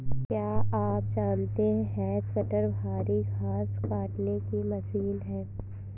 क्या आप जानते है हैज कटर भारी घांस काटने की मशीन है